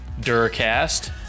Duracast